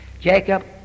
Jacob